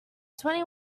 twenty